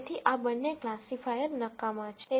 તેથી આ બંને ક્લાસિફાયર નકામાં છે